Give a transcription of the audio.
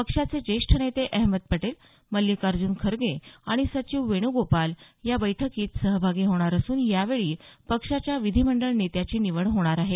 पक्षाचे ज्येष्ठ नेते अहमद पटेल मल्लीकार्ज्न खरगे आणि सचिव वेण्गोपाल या बैठकीत सहभागी होणार असून यावेळी पक्षाच्या विधीमंडळ नेत्याची निवड होणार आहे